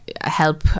help